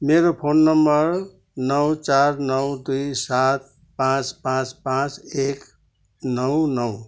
मेरो नम्बर नौ चार नौ दुई सात पाँच पाँच पाँच एक नौ नौ